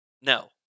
No